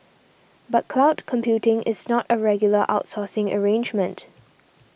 but cloud computing is not a regular outsourcing arrangement